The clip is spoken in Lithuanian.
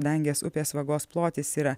dangės upės vagos plotis yra